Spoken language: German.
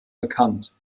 bekannt